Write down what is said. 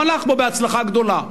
והוא הלך בו בהצלחה גדולה.